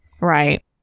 Right